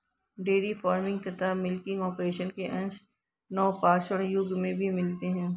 dairy farming तथा milking operation के अंश नवपाषाण युग में भी मिलते हैं